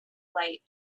light